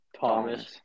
Thomas